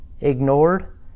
ignored